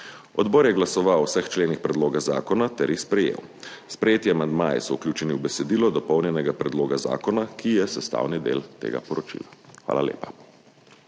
Odbor je glasoval o vseh členih predloga zakona ter jih sprejel. Sprejeti amandmaji so vključeni v besedilo dopolnjenega predloga zakona, ki je sestavni del tega poročila. Hvala lepa.